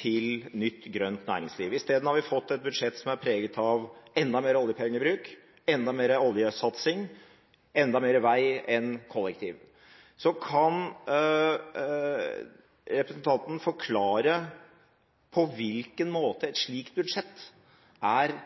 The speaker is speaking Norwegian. til nytt grønt næringsliv. Isteden har vi fått et budsjett som er preget av enda mer oljepengebruk, enda mer oljesatsing, enda mer satsing på vei enn på kollektiv. Kan representanten forklare på hvilken måte et slikt budsjett er